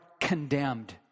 condemned